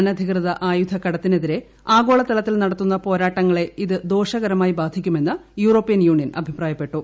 അനധികൃത ആയുധ കടത്തിനെതിരെ ആഗോളതലത്തിൽ നടത്തുന്ന പോരാട്ടങ്ങളെ ഇത് ദോഷകരമായി ബാധിക്കുമെന്ന് യൂറോപ്യൻ യൂണിയൻ അഭിപ്രായപ്പെട്ടു